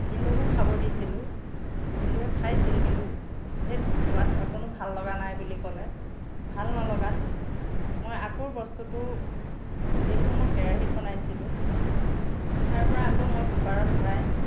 ভিনদেউকো খাব দিছিলোঁ ভিনদেউৱে খাইছিল কিন্তু ধেৎ সোৱাদ অকণো ভাল লগা নাই বুলি ক'লে ভাল নলগাত মই আকৌ বস্তুটো যিহেতু মই কেৰাহীত বনাইছিলোঁ তাৰ পৰা আকৌ মই কুকুাৰত ভৰাই